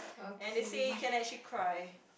and they say you can actually cry